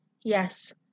Yes